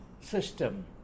system